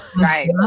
Right